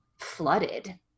flooded